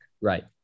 Right